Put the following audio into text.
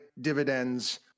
Dividends